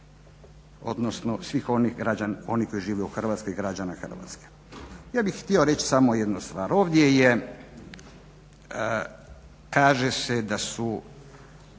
odnosno svih onih građana oni koji žive u Hrvatskoj i građana Hrvatske. Ja bih htio reći samo jednu stvar. Ovdje je kaže se da su